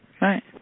Right